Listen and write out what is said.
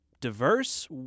diverse